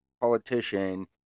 politician